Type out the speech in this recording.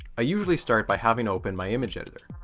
i usually start by having opening my image editor,